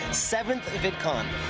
seventh vidcon.